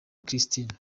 kristina